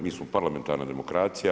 Mi smo parlamentarna demokracija.